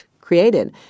created